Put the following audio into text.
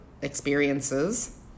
experiences